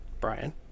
Brian